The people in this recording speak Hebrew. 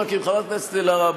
חברת הכנסת אלהרר,